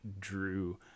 drew